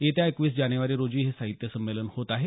येत्या एकवीस जानेवारी रोजी हे साहित्य संमेलन होत आहे